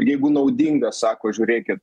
jeigu naudinga sako žiūrėkit